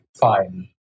fine